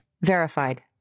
Verified